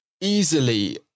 Easily